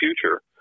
future